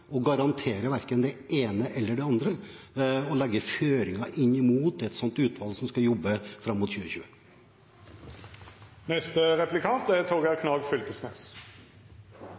det ene eller det andre og legge føringer for et utvalg som skal jobbe fram mot 2020. Kontrasten er